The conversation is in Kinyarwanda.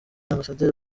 ambasaderi